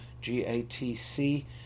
G-A-T-C